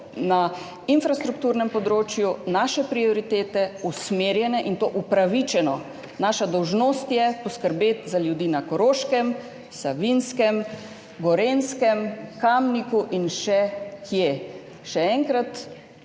na infrastrukturnem področju naše prioritete usmerjene, in to upravičeno. Naša dolžnost je poskrbeti za ljudi na Koroškem, Savinjskem, Gorenjskem, v Kamniku in še kje. Še enkrat,